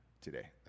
today